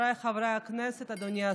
חבריי חברי הכנסת, אדוני השר,